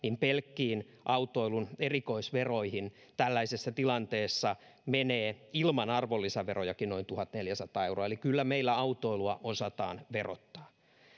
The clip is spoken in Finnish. pelkkiin autoilun erikoisveroihin menee tällaisessa tilanteessa ilman arvonlisäverojakin noin tuhatneljäsataa euroa eli kyllä meillä autoilua osataan verottaa